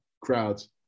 crowds